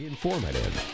Informative